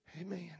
Amen